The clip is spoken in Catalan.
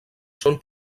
són